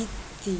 the